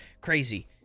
Crazy